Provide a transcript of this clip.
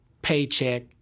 paycheck